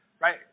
right